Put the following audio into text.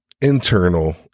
internal